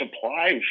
supplies